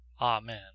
Amen